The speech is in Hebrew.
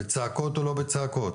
בצעקות או לא בצעקות,